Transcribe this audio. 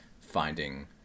finding